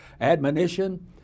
admonition